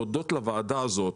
תודות לוועדה הזאת